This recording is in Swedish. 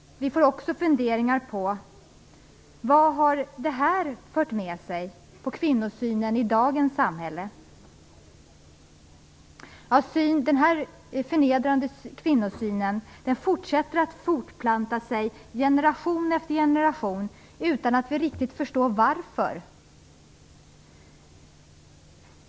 Vi får också funderingar som: Vad har detta fört med sig för kvinnosynen i dagens samhälle? Denna förnedrande kvinnosyn fortsätter att fortplanta sig generation efter generation utan att vi riktigt förstår varför.